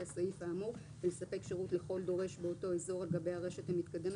הסעיף האמור ולספק שירות לכל דורש באותו אזור על גבי הרשת המתקדמת,